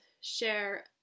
share